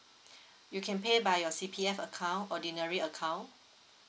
you can pay by your C_P_F account ordinary account